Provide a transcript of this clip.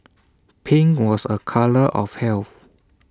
pink was A colour of health